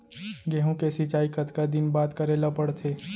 गेहूँ के सिंचाई कतका दिन बाद करे ला पड़थे?